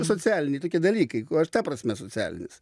socialiniai tokie dalykai kur ta prasme socialinis